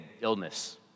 illness